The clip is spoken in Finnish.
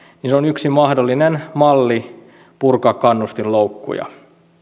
on yksi mahdollinen malli purkaa kannustinloukkuja